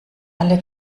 alle